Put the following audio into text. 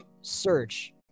search